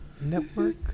Network